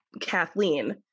Kathleen